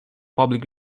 public